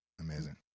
amazing